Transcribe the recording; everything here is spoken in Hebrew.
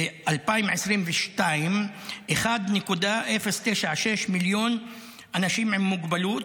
ב-2022 1.096 מיליון אנשים עם מוגבלות,